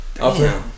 Okay